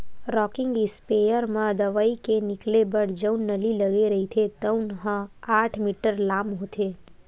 rocking sprayer म दवई के निकले बर जउन नली लगे रहिथे तउन ह आठ मीटर लाम होथे